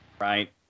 Right